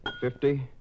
fifty